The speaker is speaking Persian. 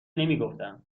نمیگفتم